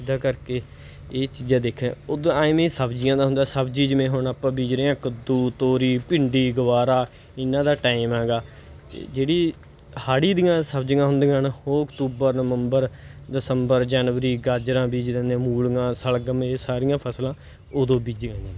ਐਦਾਂ ਕਰਕੇ ਇਹ ਚੀਜ਼ਾਂ ਦੇਖਿਆ ਉੱਦਾਂ ਐਵੇਂ ਹੀ ਸਬਜ਼ੀਆਂ ਦਾ ਹੁੰਦਾ ਸਬਜ਼ੀ ਜਿਵੇਂ ਹੁਣ ਆਪਾਂ ਬੀਜ ਰਹੇ ਹਾਂ ਕੱਦੂ ਤੋਰੀ ਭਿੰਡੀ ਗਵਾਰਾ ਇਹਨਾਂ ਦਾ ਟਾਈਮ ਹੈਗਾ ਜਿਹੜੀ ਹਾੜ੍ਹੀ ਦੀਆਂ ਸਬਜ਼ੀਆਂ ਹੁੰਦੀਆਂ ਨਾ ਉਹ ਅਕਤੂਬਰ ਨਵੰਬਰ ਦਸੰਬਰ ਜਨਵਰੀ ਗਾਜਰਾਂ ਬੀਜ ਦਿੰਦੇ ਮੂਲੀਆਂ ਸ਼ਲਗਮ ਇਹ ਸਾਰੀਆਂ ਫਸਲਾਂ ਉਦੋਂ ਬੀਜੀਆਂ ਜਾਂਦੀਆਂ